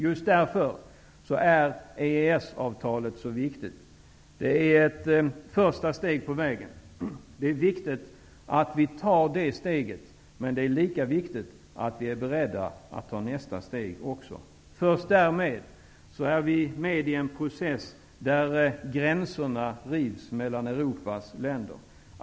Just därför är EES-avtalet så viktigt. Det är ett första steg på vägen. Det är viktigt att vi tar det steget, men det är lika viktigt att vi också är beredda att ta nästa steg. Först därigenom får vi delta i en process där gränserna mellan Europas länder rivs.